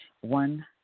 One